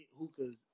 hookahs